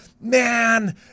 man